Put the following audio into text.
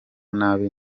nabi